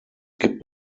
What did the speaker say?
gibt